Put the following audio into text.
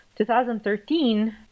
2013